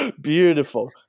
Beautiful